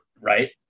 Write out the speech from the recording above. Right